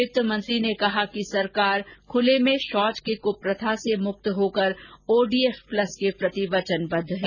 वित्तमंत्री ने कहा कि सरकार खुले में शौच की कप्रथा से मुक्त होकर ओडीएफ प्लस के प्रति वचनबद्द है